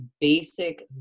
basic